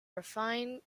refined